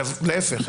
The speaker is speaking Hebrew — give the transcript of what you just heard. להפך,